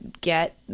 get